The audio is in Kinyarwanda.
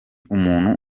umuntu